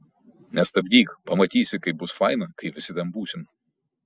nestabdyk pamatysi kaip bus faina kai visi ten būsim